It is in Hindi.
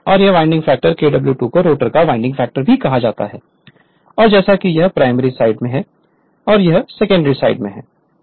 और यह वाइंडिंग फैक्टर है Kw2 को रोटर का वाइंडिंग फैक्टर भी कहा जाता है और जैसे कि यह प्राइमरी साइड है और यह सेकेंडरी साइड है